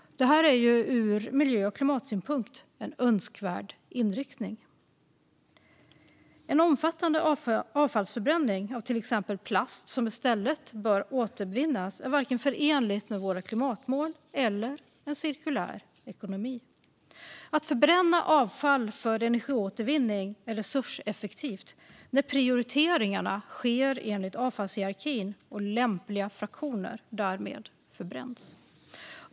Detta är ur miljö och klimatsynpunkt en önskvärd inriktning. En omfattande avfallsförbränning av till exempel plast, som i stället bör återvinnas, är inte förenlig med vare sig våra klimatmål eller en cirkulär ekonomi. Att förbränna avfall för energiåtervinning är resurseffektivt när prioriteringarna sker enligt avfallshierarkin och lämpliga fraktioner därmed förbränns.